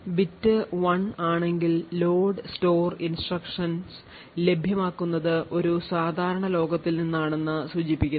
bit 1 ആണെങ്കിൽ loadstore instructions ലഭ്യമാക്കുന്നത് ഒരു സാധാരണ ലോകത്തിൽ നിന്നാണെന്ന് സൂചിപ്പിക്കുന്നു